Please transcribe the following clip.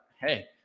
hey